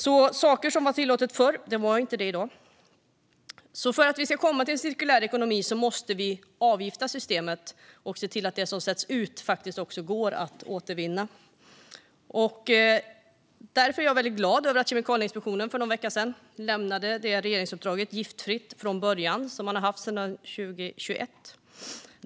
Saker som var tillåtna förr är inte det i dag, så för att vi ska komma till en cirkulär ekonomi måste vi avgifta systemet och se till att det som sätts ut faktiskt också går att återvinna. Därför är jag väldigt glad över att Kemikalieinspektionen för någon vecka sedan redovisade regeringsuppdraget Giftfritt från början, som man har haft sedan 2021.